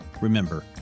Remember